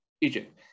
Egypt